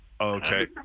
okay